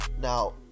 Now